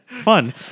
fun